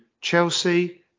Chelsea